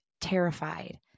terrified